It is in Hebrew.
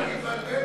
אדוני,